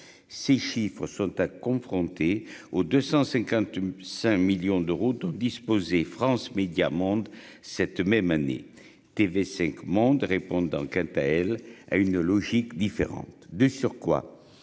ces chiffres sont à confrontés aux 250 5 millions d'euros tout disposé France Médias Monde cette même année, TV5Monde répondant qui appelle à une logique différente de surcroît